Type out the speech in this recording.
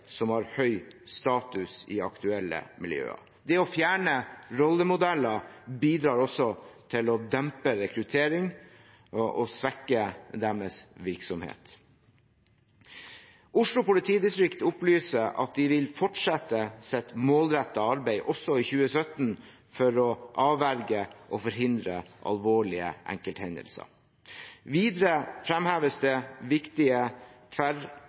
som har høy status i aktuelle miljøer. Det å fjerne rollemodeller bidrar også til å dempe rekruttering og svekke deres virksomhet. Oslo politidistrikt opplyser at de vil fortsette sitt målrettede arbeid også i 2017 for å avverge og forhindre alvorlige enkelthendelser. Videre fremheves det viktige